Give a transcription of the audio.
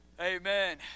amen